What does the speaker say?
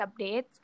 updates